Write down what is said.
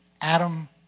Adam